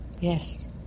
Yes